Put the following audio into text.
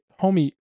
homie